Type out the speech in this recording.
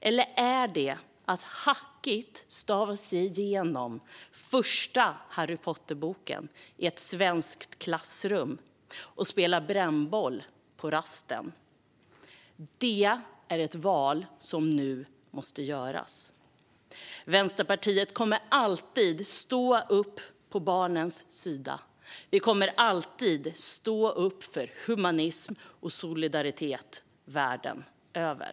Eller är det i ett svenskt klassrum där de hackigt kan stava sig igenom den första Harry Potter-boken och sedan spela brännboll på rasten? Det är ett val som nu måste göras. Vänsterpartiet kommer alltid att stå på barnens sida. Vi kommer alltid att stå upp för humanism och solidaritet världen över.